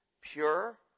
Pure